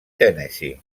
tennessee